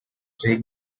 three